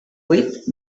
vuit